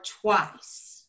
twice